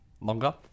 longer